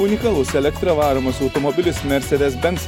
unikalus elektra varomas automobilis mercedes benz